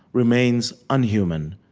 remains unhuman,